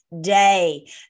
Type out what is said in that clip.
day